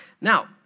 Now